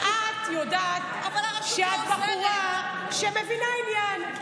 את יודעת שאת בחורה שמבינה עניין.